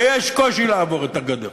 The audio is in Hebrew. ויש קושי לעבור את הגדר